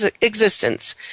existence